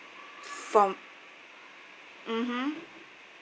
from mmhmm